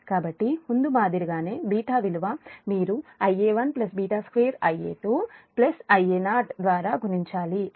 కాబట్టి ముందు మాదిరిగానే β విలువ మీరు Ia1 β2 Ia2 Ia0 ద్వారా గుణించాలి ఇది j 6